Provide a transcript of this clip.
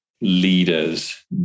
leaders